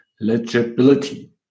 Legibility